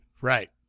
Right